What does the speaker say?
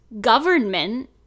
government